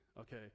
okay